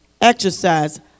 exercise